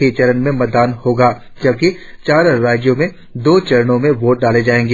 ही चरण में मतदान होगा जबकि चार राज्यों में दो चरणों में वोट डाले जाएंगे